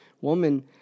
woman